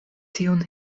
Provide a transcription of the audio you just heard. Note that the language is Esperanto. tiun